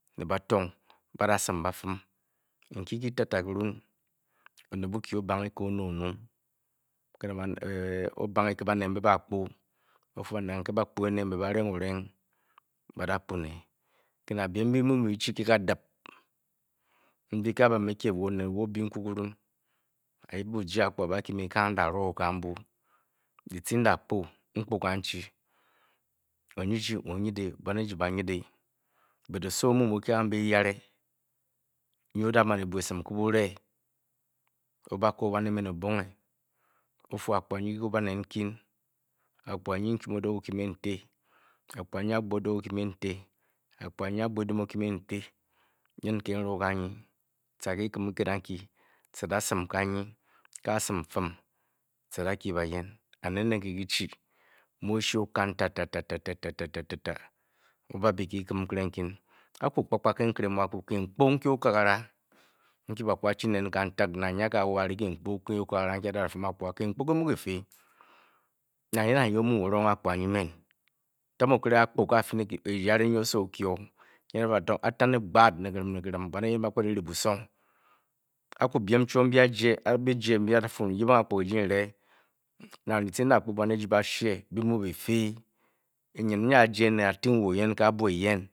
Ne ba-tang ba-dosin ba fin te te kuruu, onet. Boky o-bange ke onet onung o-bange ke banet mbe baa-kpu o-fu, nang ke ba-kpu ene, mbe ba-re ng oreng badakpu neke na byem mbyi mbyi byi-gue. Mbyi byi-du ke kadip mbyi a a-ba me ekye onet wa obi nku kurun a-yip biye akpuge a-ba-kye me a n-duroo kambu ke kudap dyici ndokpii, onye eji ooajitb. van eji baanyit nke osowo nke mno-kya kambe eyare nyi odaman ebwa. Esim ke bure o-bako wan emen obonge o-fa akpuga nyi kyi ku banet nkyin akponge nyi nkim odok o-kye me n-ti akpuga nyi agbo odok o-kye me n-ti, nyin nke n-roo kanyi. ca ke kyikit anky a-dasim a a-sim fim ca, a-dakyo bayen and ere ke kyi-du, mu oshe oo-kan tatatata kantik o-babyi ke kyikim nkere nkyin aku kpakba kiimpu okakara nkyi ba-ka ba-du neen kantik kp-mu kyifi nke kantik, kumkpu okatara nkyi a-dafe akpaga a-fim kip-fii nkere oto a a-kpn afi ne eyare nyi nchanon etong akpuga. Yen a-tare gbaat aka oyern byi-muu byi fi onbyn a a-re, a-bwat a-shee aa-ja, a-roo wo oyen